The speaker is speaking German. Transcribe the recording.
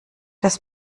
das